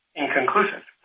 inconclusive